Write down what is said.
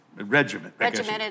regimented